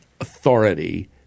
authority